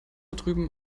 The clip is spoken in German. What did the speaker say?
drüben